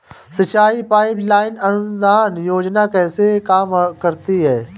सिंचाई pipeline अनुदान योजना कैसे काम करती है?